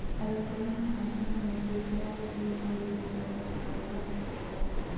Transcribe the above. electronic स्थानान्तरण मे केकरो भी कही भी पैसा तुरते भेज सको हो